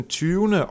20